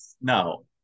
no